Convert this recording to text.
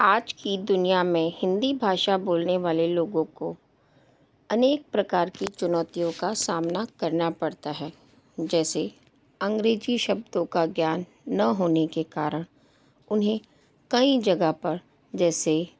आज की दुनिया में हिंदी भाषा बोलने वाले लोगों को अनेक प्रकार की चुनौतियों का सामना करना पड़ता है जैसे अंग्रेजी शब्दों का ज्ञान न होने के कारण उन्हें कई जगह पर जैसे